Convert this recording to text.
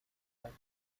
motto